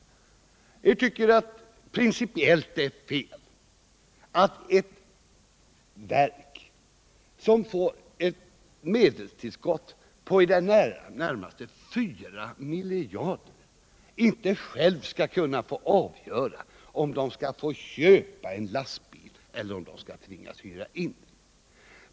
Vi tycker att det principiellt sett är fel att ett verk som får ett medelstillskott på i det närmaste 4 miljarder kronor inte självt skall kunna få avgöra om det skall köpa en lastbil eller om det skall tvingas att hyra in den.